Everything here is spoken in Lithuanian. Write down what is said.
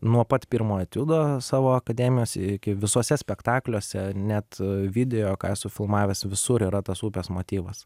nuo pat pirmo etiudo savo akademijos iki visuose spektakliuose net video ką esu filmavęs visur yra tas upės motyvas